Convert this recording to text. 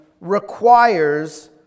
requires